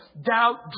Doubt